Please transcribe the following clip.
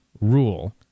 rule